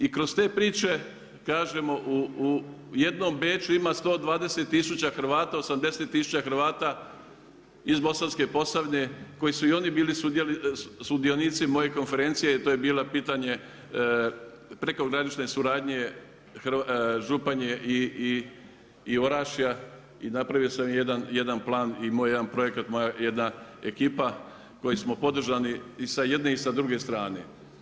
I kroz te priče kažemo, u jednom Beču ima 120 tisuća Hrvata, 80 tisuća Hrvata iz Bosanske Posavine, koje su i oni bili sudionici moje konferencije, to je bilo pitanje prekogranične suradnje Županije i Orašja i napravio sam jedan plan i moj jedan projekat, moja jedna ekipa koji smo podržani i sa jedne i sa druge strane.